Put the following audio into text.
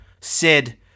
Sid